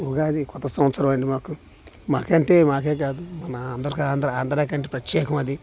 ఉగాది కొత్త సంవత్సరం అండీ మాకు మాకు అంటే మాకే కాదు మన అందరికీ ఆంధ్రా ఆంధ్ర కంటే ప్రత్యేకం అది